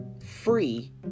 free